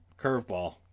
Curveball